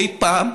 אי פעם,